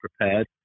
prepared